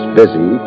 busy